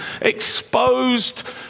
exposed